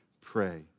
pray